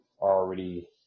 already